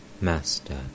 Master